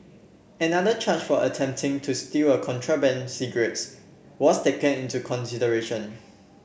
another charge for attempting to steal a contraband cigarettes was taken into consideration